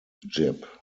jip